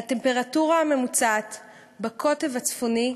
הטמפרטורה הממוצעת בקוטב הצפוני,